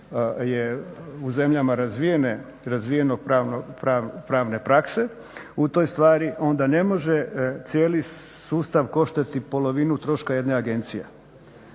u zemljama razvijene pravne prakse u toj stvari onda ne može cijeli sustav koštati polovinu troška jedne agencije.